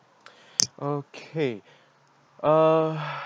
okay uh